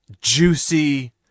juicy